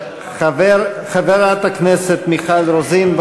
חברת הכנסת מיכל רוזין,